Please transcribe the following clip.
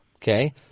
Okay